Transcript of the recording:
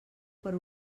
per